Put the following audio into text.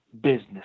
business